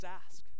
ask